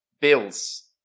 Bills